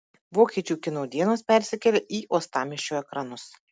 vokiečių kino dienos persikelia į uostamiesčio ekranus